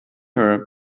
her